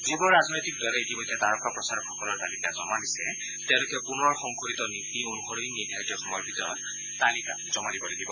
যিসকল ৰাজনৈতিক দলে ইতিমধ্যে তাৰকা প্ৰচাৰকসকলৰ তালিকা জমা দিছে তেওঁলোকে পুনৰ সংশোধিত নীতি অনুসৰি নিৰ্ধাৰিত সময়ৰ ভিতৰত তালিকা জমা দিব লাগিব